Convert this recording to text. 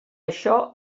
això